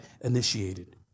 initiated